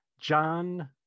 John